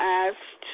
asked